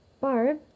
Barb